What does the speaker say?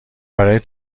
برای